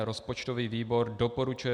Rozpočtový výbor doporučuje